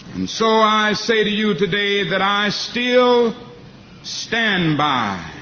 and so i say to you today that i still stand by